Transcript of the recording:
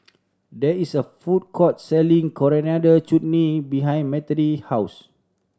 there is a food court selling Coriander Chutney behind house